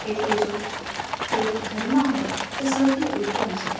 એટલે જો તે ઘરમાં હોય તો સૌથી ઉત્તમ છે